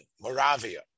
Moravia